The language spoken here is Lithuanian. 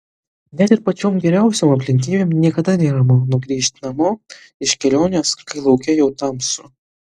net ir pačiom geriausiom aplinkybėm niekada nėra malonu grįžt namo iš kelionės kai lauke jau tamsu